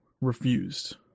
refused